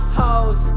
hoes